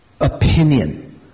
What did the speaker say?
opinion